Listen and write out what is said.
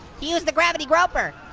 he used the gravity groper.